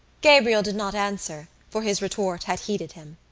gabriel did not answer for his retort had heated him.